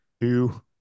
Two